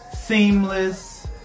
seamless